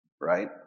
right